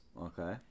Okay